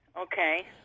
Okay